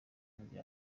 umubiri